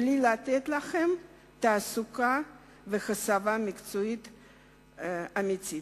בלי לתת להם תעסוקה והסבה מקצועית אמיתית.